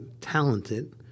talented